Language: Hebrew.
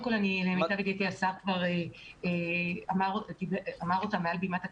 למיטב ידיעתי השר אמר אותה מעל בימת הכנסת.